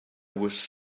was